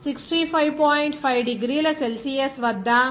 5 డిగ్రీల సెల్సియస్ వద్ద మరియు 4